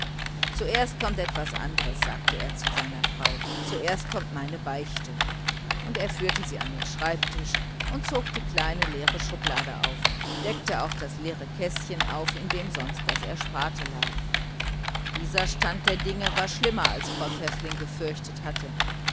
zuerst kommt etwas anderes sagte er nun zu seiner frau zuerst kommt meine beichte und er führte sie an den schreibtisch und zog die kleine leere schublade auf deckte auch das leere käßchen auf in dem sonst das ersparte lag dieser stand der dinge war schlimmer als frau pfäffling gefürchtet hatte